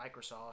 Microsoft